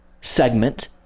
segment